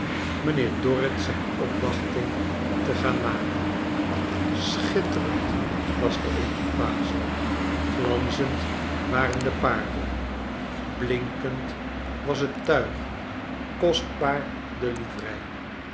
mijnheer dorrit zijn opwachting te gaan maken schitterend was de equipage glanzend waren de paarden blinkend was het tuig kostbaar de livrei